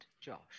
Josh